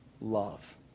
love